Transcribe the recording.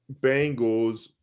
Bengals